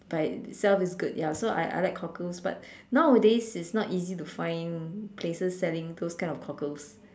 by itself is good so I I like cockles but now this is not easy to find places selling those kind of cockles